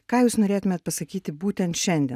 ką jūs norėtumėt pasakyti būtent šiandien